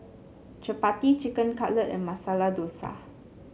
Chapati Chicken Cutlet and Masala Dosa